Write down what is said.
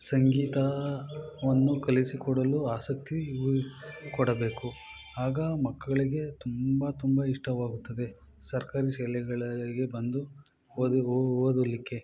ಸಂಗೀತವನ್ನು ಕಲಿಸಿಕೊಡಲು ಆಸಕ್ತಿ ಇವು ಕೊಡಬೇಕು ಆಗ ಮಕ್ಕಳಿಗೆ ತುಂಬ ತುಂಬ ಇಷ್ಟವಾಗುತ್ತದೆ ಸರ್ಕಾರಿ ಶಾಲೆಗಳಿಗೆ ಬಂದು ಓದಲಿಕ್ಕೆ